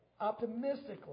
optimistically